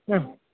ആ